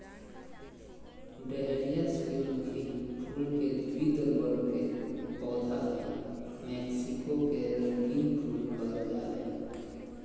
dahlia सूर्यमुखी फुल के द्विदल वर्ग के पौधा हई मैक्सिको के रंगीन फूल कहल जा हई